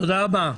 תודה רבה.